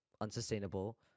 unsustainable